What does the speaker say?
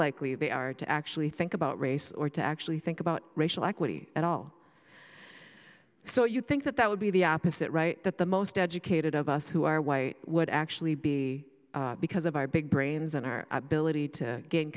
likely they are to actually think about race or to actually think about racial equity at all so you think that that would be the opposite right that the most educated of us who are white would actually be because of our big brains and our ability to gain